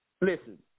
listen